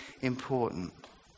important